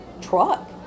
truck